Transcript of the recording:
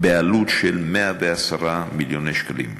בעלות של 110 מיליון שקלים.